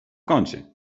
kącie